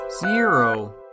zero